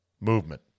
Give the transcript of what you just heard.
movement